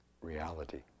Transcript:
reality